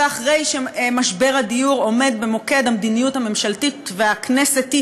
ואחרי שמשבר הדיור עומד במוקד המדיניות הממשלתית והכנסתית